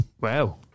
Wow